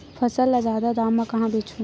फसल ल जादा दाम म कहां बेचहु?